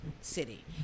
city